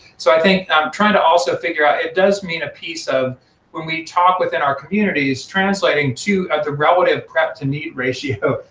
so i mean i'm trying to also figure out, it does mean a piece of when we talk within our communities translating to the relative prep-to-need ratio,